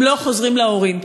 הם לא חוזרים להורים.